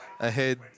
ahead